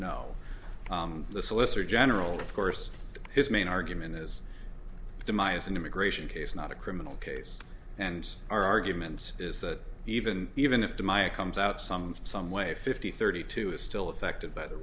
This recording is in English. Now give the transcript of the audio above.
solicitor general of course his main argument is demise an immigration case not a criminal case and our arguments is that even even if the maya comes out some some way fifty thirty two is still affected by the